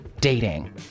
dating